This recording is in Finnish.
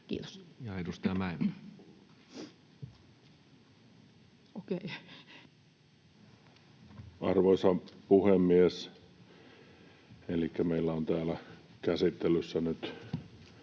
Kiitos. Edustaja Mäenpää. Arvoisa puhemies! Meillä on täällä käsittelyssä nyt